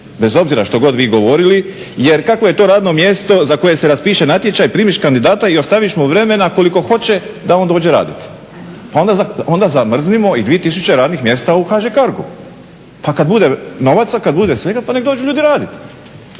Bez obzira što god vi govorili. Jer kakvo je to radno mjesto za koje se raspiše natječaj, primiš kandidata i ostaviš mu vremena koliko hoće da on dođe raditi. Pa onda zamrznimo i 2000 radnih mjesta u HŽ Cargo-u pa kad bude novaca, kad bude svega pa nek dođu ljudi raditi.